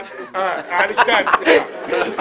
אה, על שתיים, סליחה.